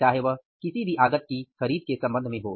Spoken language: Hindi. चाहे वह किसी भी आगत की खरीद के संबंध में हो